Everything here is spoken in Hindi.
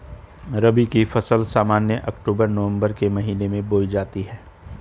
रबी की फ़सल सामान्यतः अक्तूबर नवम्बर के महीने में बोई जाती हैं